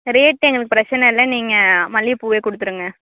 rate எங்களுக்கு பிரச்சன இல்லை நீங்கள் மல்லிகைப்பூவே கொடுத்துருங்க